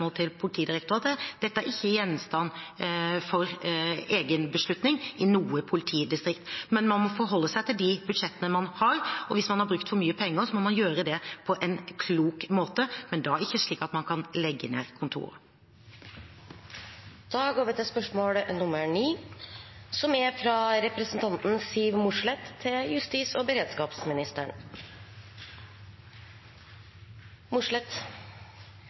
til Politidirektoratet. Dette er ikke gjenstand for egen beslutning i noe politidistrikt. Men man må forholde seg til de budsjettene man har, og hvis man har brukt for mye penger, må man gjøre det på en klok måte, men da ikke slik at man kan legge ned